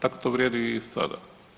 Tako to vrijedi i sada.